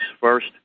First